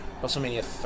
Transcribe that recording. WrestleMania